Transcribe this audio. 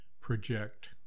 project